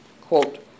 quote